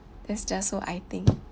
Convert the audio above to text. that's just so I think